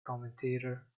commentator